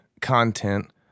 content